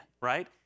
right